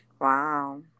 Wow